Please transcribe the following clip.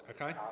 Okay